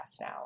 now